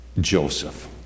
Joseph